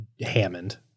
Hammond